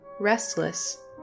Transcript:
restless